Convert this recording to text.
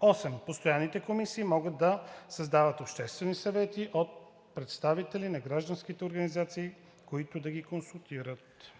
(8) Постоянните комисии могат да създават обществени съвети от представители на граждански организации, които да ги консултират.“